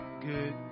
good